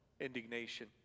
indignation